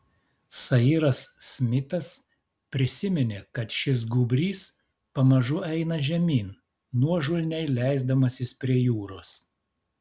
sairas smitas prisiminė kad šis gūbrys pamažu eina žemyn nuožulniai leisdamasis prie jūros